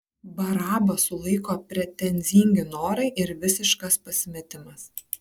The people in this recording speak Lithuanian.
barabą sulaiko pretenzingi norai ir visiškas pasimetimas